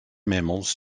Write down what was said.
mammals